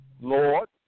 Lord